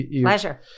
Pleasure